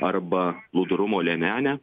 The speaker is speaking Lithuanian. arba plūdrumo liemenę